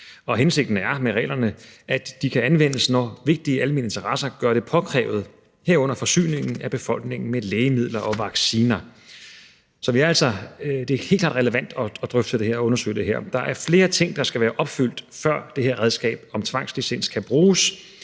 Hensigten med reglerne er, at de kan anvendes, når vigtige almene interesser gør det påkrævet, herunder forsyning af befolkningen med lægemidler og vacciner. Så det er altså helt klart relevant at drøfte det her og undersøge det her. Der er flere ting, der skal være opfyldt, før det her redskab med tvangslicens kan bruges.